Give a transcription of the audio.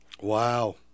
Wow